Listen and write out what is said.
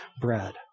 bread